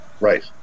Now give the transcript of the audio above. Right